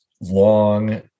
long